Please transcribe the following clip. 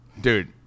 Dude